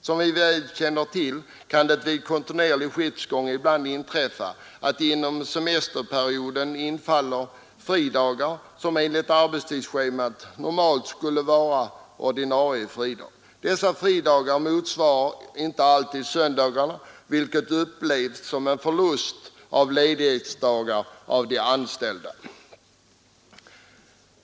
Som vi väl känner till kan det vid kontinuerlig skiftgång ibland inträffa att inom semesterperioden infaller sådana dagar som enligt arbetstidsschemat normalt skulle vara fridagar. Dessa fridagar sammanfaller inte alltid med söndagar, vilket av de anställda upplevs som en förlust av ledighetsdagar.